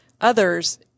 others